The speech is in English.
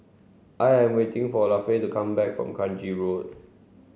I am waiting for Lafe to come back from Kranji Road